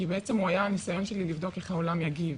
בעצם הוא היה ניסיון שלי לבדוק איך העולם יגיב.